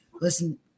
listen